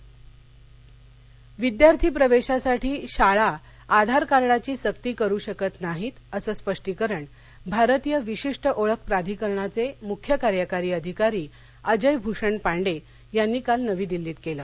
आधार शाळा प्रवेश विद्यार्थी प्रवेशासाठी शाळा आधार कार्डाची सक्ती करू शकत नाहीत असं स्पष्टीकरण भारतीय विशिष्ट ओळख प्राधिकरणाचे मुख्य कार्यकारी अधिकारी अजय भृषण पांडे यांनी काल नवी दिल्लीत केलं